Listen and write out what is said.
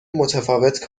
متفاوت